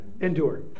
Endure